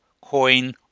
coin